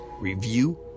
review